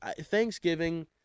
Thanksgiving